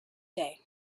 day